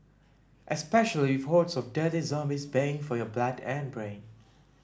especially with hordes of dirty zombies baying for your blood and brain